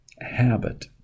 habit